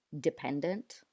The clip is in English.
dependent